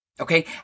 Okay